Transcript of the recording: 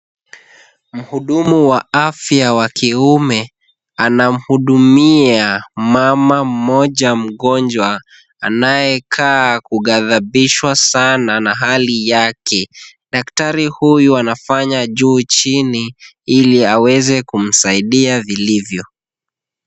Mhudumu wa afya wa kiume, anamhudumia mama mmoja mgonjwa anayekaa kughadhabishwa sana na hali yake. Daktari huyu anafanya juu chini ili aweze kumsaidia vilivyo.